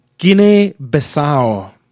Guinea-Bissau